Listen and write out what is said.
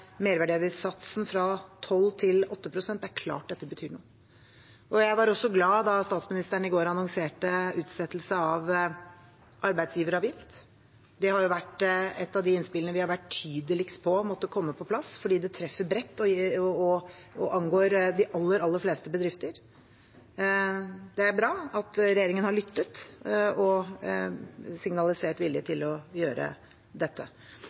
merverdiavgiftssatsen fra 12 pst. til 8 pst. – det er klart at dette betyr noe. Jeg var også glad da statsministeren i går annonserte utsettelse av arbeidsgiveravgiften. Det har vært et av de innspillene vi har vært tydeligst på måtte komme på plass fordi det treffer bredt og angår de aller, aller fleste bedrifter. Det er bra at regjeringen har lyttet og signalisert vilje til å gjøre dette.